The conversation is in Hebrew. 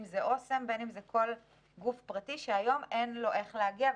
אוסם או כל גוף פרטי שהיום אין לו איך להגיע אליו.